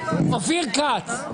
אופיר כץ.